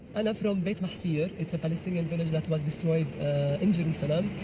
and from um bayt mahsir, it's a palestinian village that was destroyed in jerusalem